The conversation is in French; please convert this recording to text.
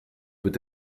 peut